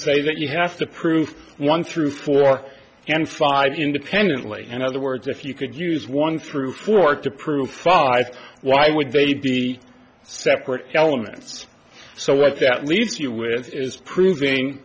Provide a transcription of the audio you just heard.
say that you have to prove one through four and five independently in other words if you could use one through four to prove five why would they be separate elements so what that leaves you with is proving